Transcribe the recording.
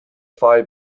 phi